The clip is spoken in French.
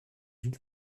ville